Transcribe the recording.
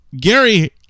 Gary